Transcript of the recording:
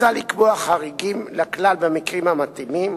מוצע לקבוע חריגים לכלל במקרים המתאימים,